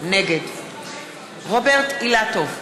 נגד רוברט אילטוב,